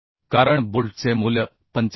कारण बोल्टचे मूल्य 45